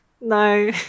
No